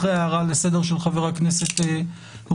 אחרי ההערה לסדר של חבר הכנסת רוטמן,